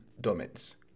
domains